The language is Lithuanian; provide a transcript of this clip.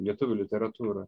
lietuvių literatūrą